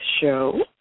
show